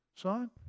Son